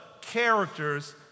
characters